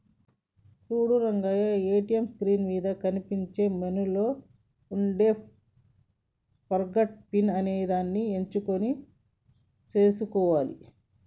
చూడు Rangaiah ATM screen మీద కనిపించే మెనూలో ఉండే ఫర్గాట్ పిన్ అనేదాన్ని ఎంచుకొని సేసుకోవాలి